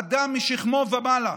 אדם משכמו ומעלה.